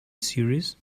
series